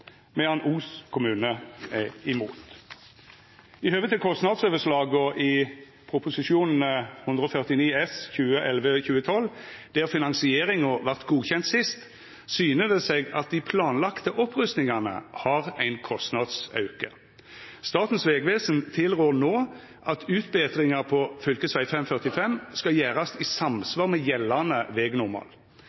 medan Os kommune er imot. I høve til kostnadsoverslaga i Prop. 149 S for 2011–2012, der finansieringa vart godkjend sist, syner det seg at dei planlagde opprustingane har ein kostnadsauke. Statens vegvesen tilrår no at utbetringar på fv. 545 skal gjerast i samsvar med gjeldande